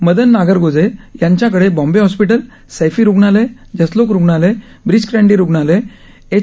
मदन नागरगोजे यांच्याकडे बॉम्बे हॉस्पिटल सैफी रुग्णालय जसलोक रुग्णालय ब्रीच कँडी रुग्णालय एच